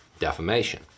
defamation